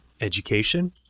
Education